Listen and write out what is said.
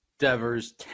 Devers